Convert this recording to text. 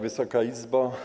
Wysoka Izbo!